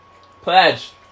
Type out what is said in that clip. pledge